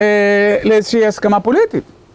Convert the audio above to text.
לאיזושהי הסכמה פוליטית.